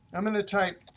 i'm going to type